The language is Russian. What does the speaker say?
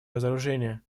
разоружения